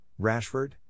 Rashford